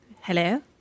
hello